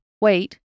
Wait